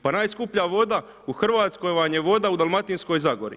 Pa najskuplja voda u Hrvatskoj vam je voda u Dalmatinskoj zagori.